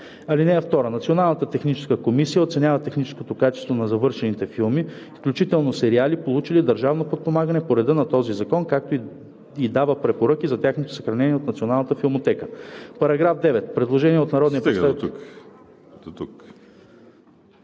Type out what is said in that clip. „(2) Националната техническа комисия оценява техническото качество на завършените филми, включително сериали, получили държавно подпомагане по реда на този закон, както и дава препоръки за тяхното съхранение от Националната филмотека.“ ПРЕДСЕДАТЕЛ ВАЛЕРИ СИМЕОНОВ: Дотук.